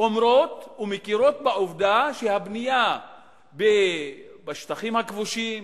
אומרות ומכירות בעובדה שהבנייה בשטחים הכבושים,